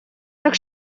так